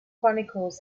chronicles